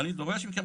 אני דורש מכם,